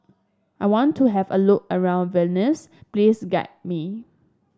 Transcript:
I want to have a look around Vilnius please guide me